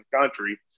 country